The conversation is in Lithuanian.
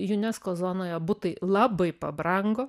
unesco zonoje butai labai pabrango